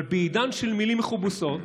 אבל בעידן של מילים מכובסות